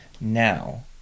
Now